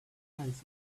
eyes